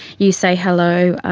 you say hello,